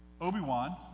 Obi-Wan